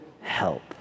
help